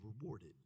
rewarded